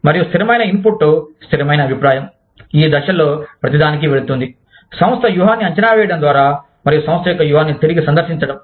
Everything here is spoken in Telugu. మరియు స్థిరమైన ఇన్పుట్ స్థిరమైన అభిప్రాయం ఈ దశల్లో ప్రతిదానికి వెళుతుంది సంస్థ వ్యూహాన్ని అంచనా వేయడం ద్వారా మరియు సంస్థ యొక్క వ్యూహాన్ని తిరిగి సందర్శించడం